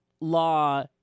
law